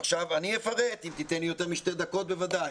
אני אפרט אם תיתן לי יותר משתי דקות, בוודאי.